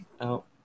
out